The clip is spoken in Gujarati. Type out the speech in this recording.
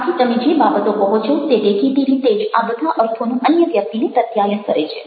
આથી તમે જે બાબતો કહો છો તે દેખીતી રીતે જ આ બધા અર્થોનું અન્ય વ્યક્તિને પ્રત્યાયન કરે છે